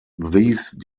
these